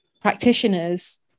practitioners